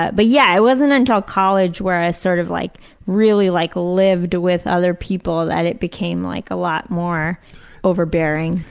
ah but yeah, it wasn't until college where i sort of like really started like lived with other people that it became like a lot more overbearing.